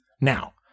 Now